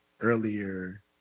earlier